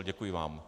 Děkuji vám.